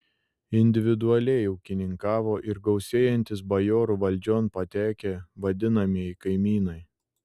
individualiai ūkininkavo ir gausėjantys bajorų valdžion patekę vadinamieji kaimynai